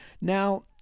Now